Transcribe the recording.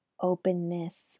openness